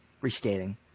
restating